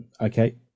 okay